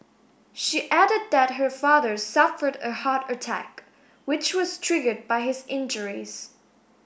she added that her father suffered a heart attack which was triggered by his injuries